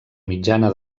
mitjana